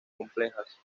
complejas